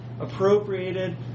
appropriated